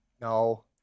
No